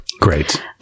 Great